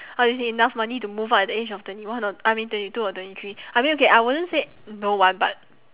how to say enough money to move out at the age of twenty one or I mean twenty two or twenty three I mean okay I wouldn't say no one but